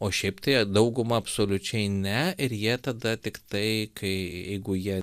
o šiaip tai dauguma absoliučiai ne ir jie tada tiktai kai jeigu jie